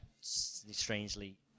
strangely